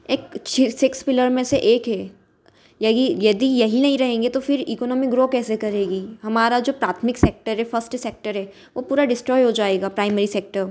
एक six pillar में से एक है यही यदि यही नहीं रहेंगे तो फिर इकोनामी ग्रो कैसे करेगी हमारा जो प्राथमिक सेक्टर है फर्स्ट सेक्टर है वह पूरा डिस्ट्रॉय हो जाएगा प्राइमरी सेक्टर